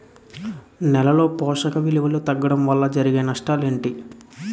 నేలలో పోషక విలువలు తగ్గడం వల్ల జరిగే నష్టాలేంటి?